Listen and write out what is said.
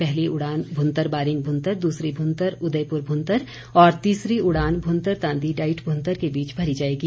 पहली उड़ान भुंतर बारिंग भुंतर दूसरी भुंतर उदयपुर भुंतर और तीसरी उड़ान भुंतर तांदी डाईट भुंतर के बीच भरी जाएगी